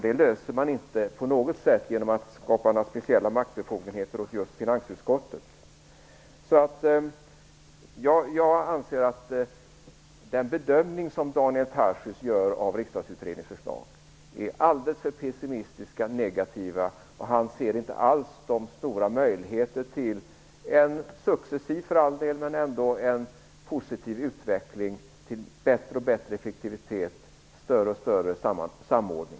Det löser man inte på något sätt genom att skapa några speciella maktbefogenheter åt just finansutskottet. Jag anser att den bedömning som Daniel Tarschys gör av Riksdagsutredningens förslag är alltför pessimistisk och negativ. Han ser inte alls de stora möjligheter till en successiv, men ändock, utveckling mot bättre och bättre effektivitet och större och större samordning.